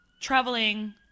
traveling